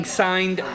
signed